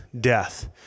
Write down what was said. death